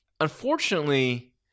unfortunately